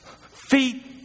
feet